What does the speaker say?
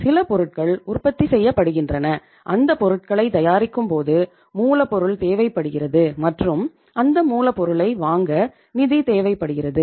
சில பொருட்கள் உற்பத்தி செய்யப்படுகின்றன அந்த பொருட்களை தயாரிக்கும்போது மூலப்பொருள் தேவைப்படுகிறது மற்றும் அந்த மூலப்பொருளை வாங்க நிதி தேவைப்படுகிறது